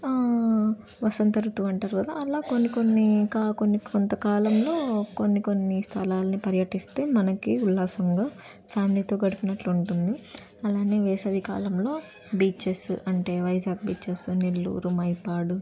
వసంత ఋతువు అంటారు కదా అలా కొన్ని కొన్ని కా కొన్ని కొంత కాలంలో కొన్ని కొన్ని స్థలాల్ని పర్యటిస్తే మనకు ఉల్లాసంగా ఫ్యామిలీతో గడిపునట్లు ఉంటుంది అలాగే వేసవికాలంలో బీచెస్సు అంటే వైజాగ్ బీచెస్సు నెల్లూరు మైపాడు